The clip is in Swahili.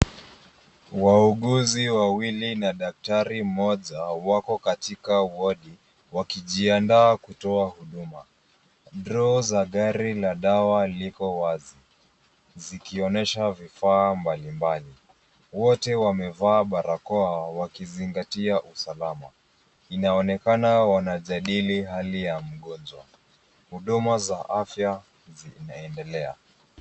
Wauguzi wawili na daktari mmoja, wako katika wodi. Wakijianda kutuwa huduma. droo za gari la dawa liko wazi. Zikionesha vifaa mbalimbaji. Wote wamevaa barakoa wakizingatia usalama. Inaonekana wana jadili hali ya mgonjwa. Huduma za afya zinaendelea.